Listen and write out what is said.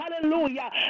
hallelujah